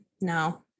no